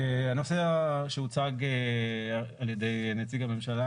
הנושא שהוצג על ידי נציג הממשלה,